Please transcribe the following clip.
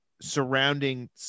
surrounding